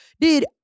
dude